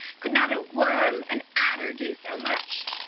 could not a worm, an adder, do so much?